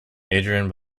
adrian